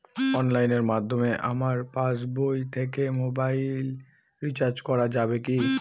অনলাইনের মাধ্যমে আমার পাসবই থেকে মোবাইল রিচার্জ করা যাবে কি?